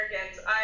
Americans